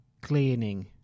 cleaning